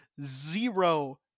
zero